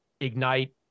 ignite